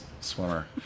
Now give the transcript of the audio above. swimmer